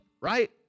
Right